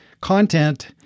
content